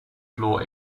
floor